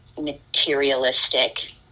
materialistic